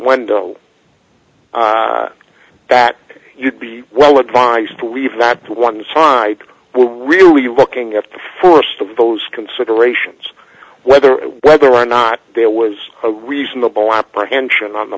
though that you'd be well advised to leave that to one side we're really looking at the forest of those considerations whether whether or not there was a reasonable apprehension on the